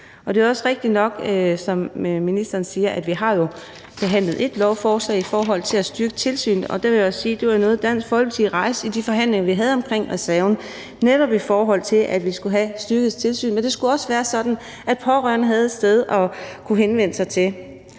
som ministeren siger, at vi jo har behandlet et lovforslag om at styrke tilsynet, og der vil jeg sige, at det jo var noget, Dansk Folkeparti rejste i de forhandlinger, vi havde om reserven, netop i forhold til at have styrket tilsyn, men det skulle også være sådan, at pårørende havde et sted at kunne henvende sig. Til